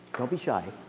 be shy.